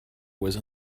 was